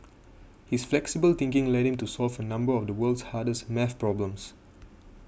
his flexible thinking led him to solve a number of the world's hardest math problems